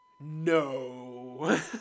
No